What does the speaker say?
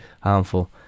harmful